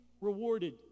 rewarded